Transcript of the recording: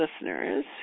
listeners